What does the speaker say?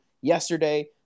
yesterday